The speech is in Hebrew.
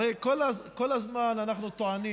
הרי כל הזמן אנחנו טוענים